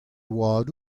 oad